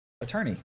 attorney